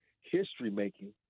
history-making